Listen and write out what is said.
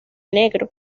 negro